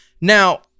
now